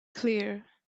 clear